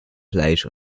fleisch